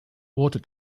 water